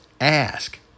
ask